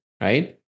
right